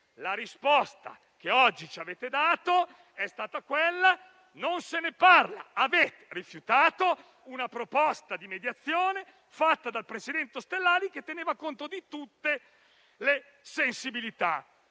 La risposta che ci avete dato è stata: non se ne parla! Avete rifiutato una proposta di mediazione, fatta dal presidente Ostellari, che teneva conto di tutte le sensibilità.